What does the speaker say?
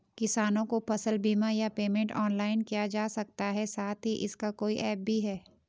किसानों को फसल बीमा या पेमेंट ऑनलाइन किया जा सकता है साथ ही इसका कोई ऐप भी है?